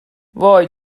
وای